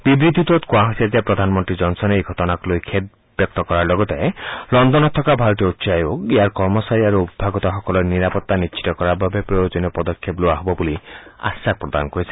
বিবৃতিটোত কোৱা হৈছে যে প্ৰধানমন্ত্ৰী জনছনে এই ঘটনাক লৈ খেদ ব্যক্ত কৰাৰ লগতে লগুনত থকা ভাৰতীয় উচ্চায়োগ ইয়াৰ কৰ্মচাৰী আৰু অভ্যাগতসকলৰ নিৰাপত্তা নিশ্চিত কৰাৰ বাবে প্ৰয়োজনীয় সকলো পদক্ষেপ লোৱা হব বুলি আশ্বাস প্ৰদান কৰিছে